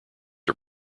are